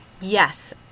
Yes